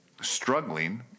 struggling